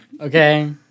okay